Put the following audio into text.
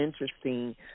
interesting